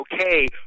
okay